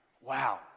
Wow